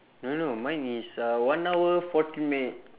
no no mine is uh one hour forty minutes